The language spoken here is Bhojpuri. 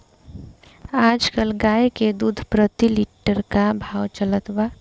आज कल गाय के दूध प्रति लीटर का भाव चलत बा?